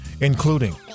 including